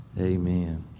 Amen